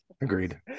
Agreed